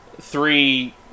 three